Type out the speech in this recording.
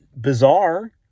bizarre